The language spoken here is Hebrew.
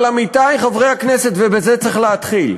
אבל, עמיתי חברי הכנסת, ובזה צריך להתחיל,